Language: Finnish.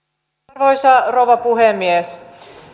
arvoisa rouva puhemies